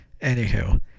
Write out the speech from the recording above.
anywho